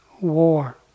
war